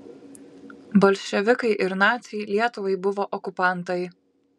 bolševikai ir naciai lietuvai buvo okupantai